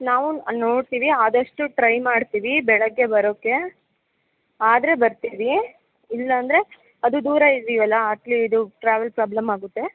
ನಾವು ನೋಡ್ತೀವಿ ಆದಷ್ಟು ಟ್ರೈ ಮಾಡ್ತೀವಿ ಬೆಳಗ್ಗೆ ಬರೋಕ್ಕೆ ಆದರೆ ಬರ್ತೀವಿ ಇಲ್ಲ ಅಂದರೆ ಅದು ದೂರ ಇದ್ದೀವಲ್ಲ ಅಟ್ಲಿ ಇದು ಟ್ರಾವೆಲ್ ಪ್ರಾಬ್ಲಮ್ ಆಗುತ್ತೆ